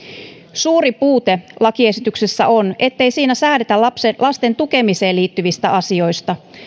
suuri puute lakiesityksessä on ettei siinä säädetä lasten tukemiseen liittyvistä asioista